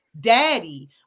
daddy